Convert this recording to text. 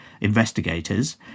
investigators